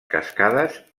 cascades